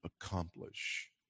accomplish